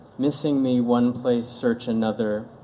missing me one place search another,